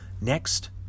Next